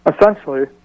essentially